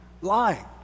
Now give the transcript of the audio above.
lying